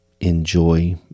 enjoy